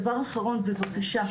דבר אחרון בבקשה,